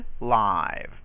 live